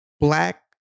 black